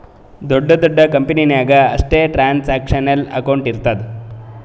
ದೊಡ್ಡ ದೊಡ್ಡ ಕಂಪನಿ ನಾಗ್ ಅಷ್ಟೇ ಟ್ರಾನ್ಸ್ಅಕ್ಷನಲ್ ಅಕೌಂಟ್ ಇರ್ತುದ್